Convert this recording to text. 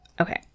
Okay